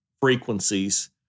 frequencies